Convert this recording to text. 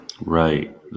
Right